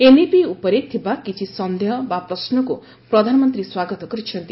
NEP ଉପରେ ଥିବା କିଛି ସନ୍ଦେହ ବା ପ୍ରଶ୍ନକୁ ପ୍ରଧାନମନ୍ତ୍ରୀ ସ୍ୱାଗତ କରିଛନ୍ତି